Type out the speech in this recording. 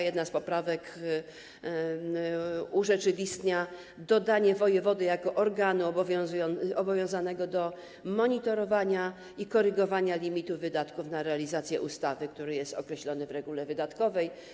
Jedna z poprawek urzeczywistnia dodanie wojewody jako organu obowiązanego do monitorowania i korygowania limitu wydatków na realizację ustawy, który jest określony w regule wydatkowej.